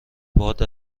باد